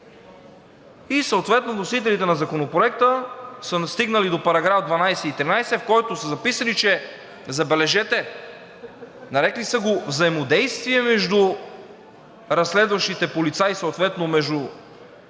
И съответно вносителите на Законопроекта са стигнали до § 12 и 13, в които са записали, че забележете, нарекли са го „взаимодействие между разследващите полицаи, съответно между